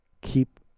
keep